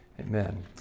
amen